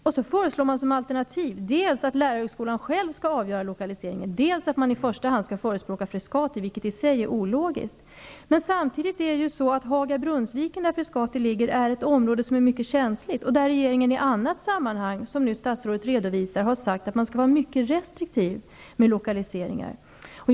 Som al ternativ föreslår man dels att lärarhögskolan själv skall avgöra lokaliseringen, dels att man i första hand skall förespråka Frescati, vilket i sig är olo giskt. Samtidigt är ju Haga--Brunnsviken, där Frescati ligger, ett område som är mycket känsligt, och re geringen har i ett annat sammanhang, som statsrå det nu redovisade, sagt att man skall vara mycket restriktiv med lokaliseringar till området.